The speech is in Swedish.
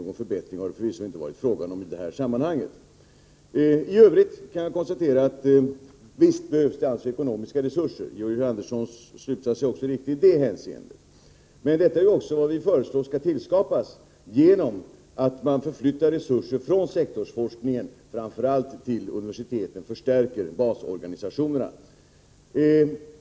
Någon förbättring har det förvisso inte varit fråga om i det här sammanhanget. I övrigt kan jag konstatera att visst behövs det ekonomiska resurser. Georg Anderssons slutsats är också riktig i det hänseendet. Men detta är ju även vad apas genom att man förflyttar resurser från sektorsfors vi föreslår skall ti kningen till framför allt universiteten — dvs. förstärker basorganisationerna.